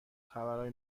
خبرهای